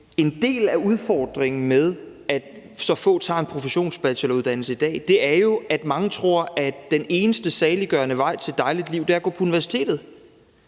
en del af udfordringen med, at så få tager en professionsbacheloruddannelse i dag, er jo, at mange tror, at den eneste saliggørende vej til et dejligt liv er at gå på universitetet.